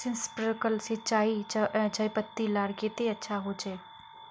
Sprinkler सिंचाई चयपत्ति लार केते अच्छा होचए?